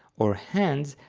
or hands,